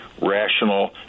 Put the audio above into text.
rational